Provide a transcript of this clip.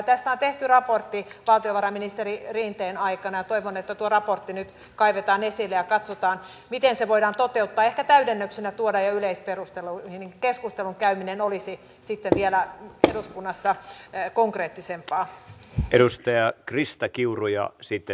tästä on tehty raportti valtiovarainministeri rinteen aikana ja toivon että tuo raportti nyt kaivetaan esille ja katsotaan miten se voidaan toteuttaa ja ehkä täydennyksenä tuodaan jo yleisperusteluihin niin että keskustelun käyminen olisi sitten vielä eduskunnassa konkreettisempaa edustaja krista kiuru ja sitten